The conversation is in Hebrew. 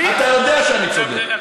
ואופיר, אתה יודע שאני צודק.